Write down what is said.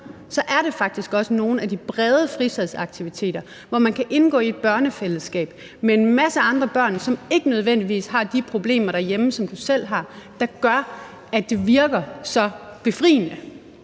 er det faktisk også nogle af de brede fritidsaktiviteter – hvor man kan indgå i et børnefællesskab med en masse andre børn, som ikke nødvendigvis har de problemer derhjemme, som du selv har – der gør, at det virker så befriende